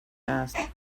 asked